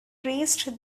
raised